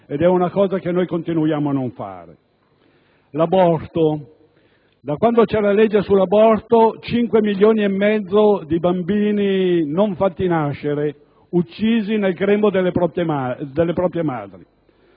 propria, cosa che continuiamo a non fare. L'aborto: da quando c'è la legge sull'aborto cinque milioni e mezzo di bambini non sono stati fatti nascere, uccisi nel grembo delle proprie madri.